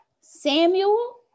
Samuel